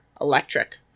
electric